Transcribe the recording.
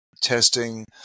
testing